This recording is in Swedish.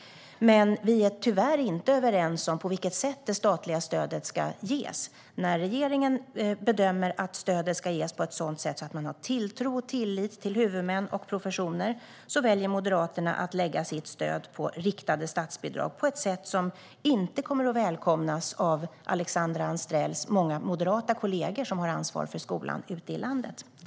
Vi är tyvärr inte överens om på vilket sätt det statliga stödet ska ges. När regeringen bedömer att stödet ska ges på ett sådant sätt att man visar tilltro och tillit till huvudmän och professioner väljer Moderaterna att lägga sitt stöd på riktade statsbidrag på ett sätt som inte kommer att välkomnas av Alexandra Anstrells många moderata kollegor som har ansvar för skolan ute i landet.